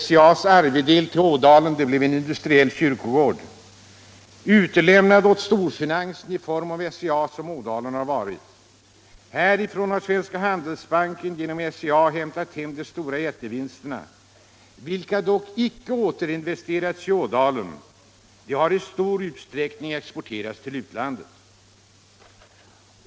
SCA:s arvedel till Ådalen blev en industriell kyrkogård, utlämnad åt storfinansen i form av SCA som Ådalen har varit. Härifrån har Svenska Handelsbanken genom SCA hämtat hem de stora vinsterna, som dock inte har återinvesterats i Ådalen. De har i stor utsträckning exporterats till utlandet.